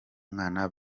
umwana